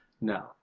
No